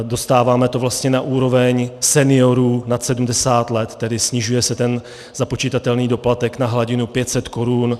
Dostáváme to vlastně na úroveň seniorů nad 70 let, tedy snižuje se ten započitatelný doplatek na hladinu 500 korun.